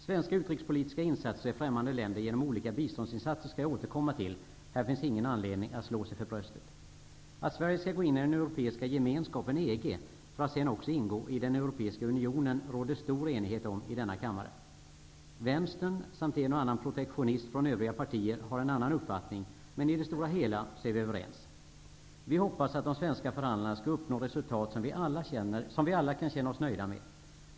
Svenska utrikespolitiska insatser i främmande länder genom olika biståndsinsatser skall jag återkomma till. Här finns ingen anledning att slå sig för bröstet. Att Sverige skall gå in i den europeiska gemenskapen, EG, för att sedan också ingå i den europeiska unionen råder det stor enighet om i denna kammare. Vänstern samt en och annan protektionist från övriga partier har en annan uppfattning, men i det stora hela är vi överens. Vi hoppas att de svenska förhandlarna uppnår resultat som vi alla kan känna oss nöjda med.